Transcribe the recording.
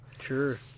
Sure